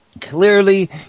Clearly